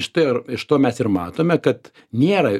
štai ir iš to mes ir matome kad nėra